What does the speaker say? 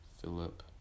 Philip